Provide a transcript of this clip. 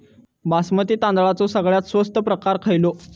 बासमती तांदळाचो सगळ्यात स्वस्त प्रकार खयलो?